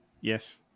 yes